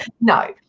No